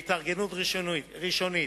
בהתארגנות ראשונית,